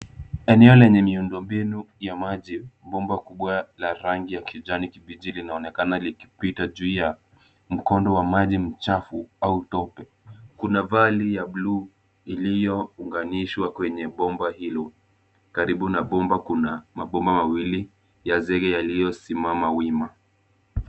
Eneo lenye miundo mbinu ya maji. Bomba kubwa la rangi ya kijani kibichi linaonekana likipita juu ya mkondo wa maji machafu au tope. Kuna valvu ya blue iliyounganishwa kwenye bomba hilo. Karibu na bomba, kuna mabomba mawili ya zege, yaliyosimama wima.